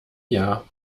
jahr